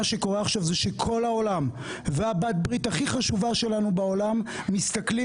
מה שקורה עכשיו זה שכל העולם ובת הברית הכי חשובה שלנו בעולם מסתכלים,